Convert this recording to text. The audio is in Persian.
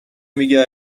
میگه